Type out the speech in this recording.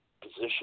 position